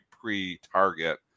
pre-target